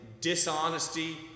dishonesty